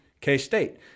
K-State